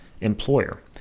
employer